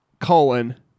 colon